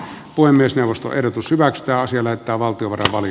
puhemiesneuvosto ehdotus hyväksytään sillä että valtio oli